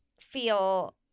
feel